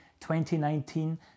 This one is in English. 2019